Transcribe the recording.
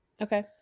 Okay